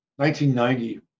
1990